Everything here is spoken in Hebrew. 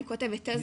אני כותבת תזה.